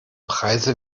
preise